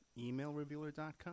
emailrevealer.com